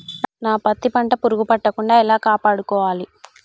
నా పత్తి పంట పురుగు పట్టకుండా ఎలా కాపాడుకోవాలి?